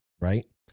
Right